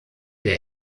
der